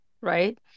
right